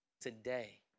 today